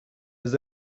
his